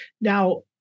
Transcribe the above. Now